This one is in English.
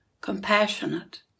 compassionate